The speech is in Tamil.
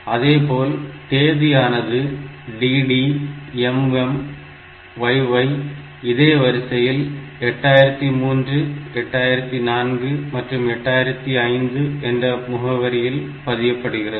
அதுபோல தேதி ஆனது dd mm yy இதே வரிசையில் 8003 8004 மற்றும் 8005 என்ற முகவரியில் பதியப்படுகிறது